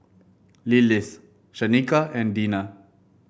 Lillis Shanika and Dina